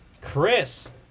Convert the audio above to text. Chris